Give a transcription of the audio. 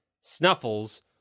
Snuffles